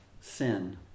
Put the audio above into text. sin